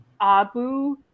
Abu